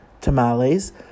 tamales